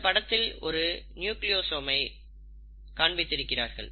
இந்த படத்தில் ஒரு நியூக்லியோசோம் காண்பிக்கப்பட்டிருக்கிறது